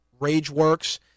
RageWorks